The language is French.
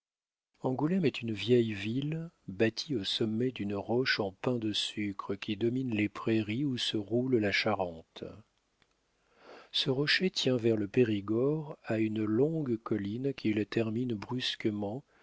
angoulême est une vieille ville bâtie au sommet d'une roche en pain de sucre qui domine les prairies où se roule la charente ce rocher tient vers le périgord à une longue colline qu'il termine brusquement